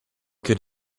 could